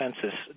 census